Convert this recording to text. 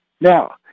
Now